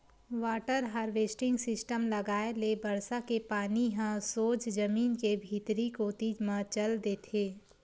water harvesting system लगाए ले बरसा के पानी ह सोझ जमीन के भीतरी कोती म चल देथे